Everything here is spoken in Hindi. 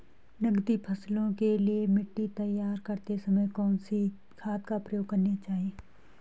नकदी फसलों के लिए मिट्टी तैयार करते समय कौन सी खाद प्रयोग करनी चाहिए?